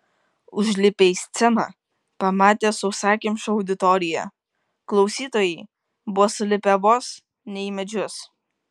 užlipę į sceną pamatė sausakimšą auditoriją klausytojai buvo sulipę vos ne į medžius